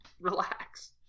relax